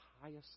highest